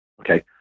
Okay